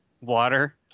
Water